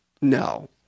No